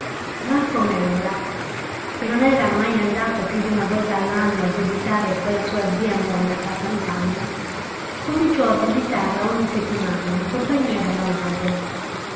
marco mèola che non era mai andato più di una volta l'anno a visitare quella sua zia monaca a sant'anna cominciò a visitarla ogni settimana in compagnia della madre